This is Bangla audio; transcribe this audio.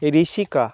ঋষিকা